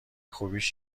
خوبیش